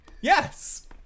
Yes